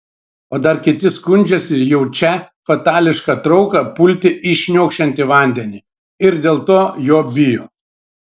o dar kiti skundžiasi jaučią fatališką trauką pulti į šniokščiantį vandenį ir dėl to jo bijo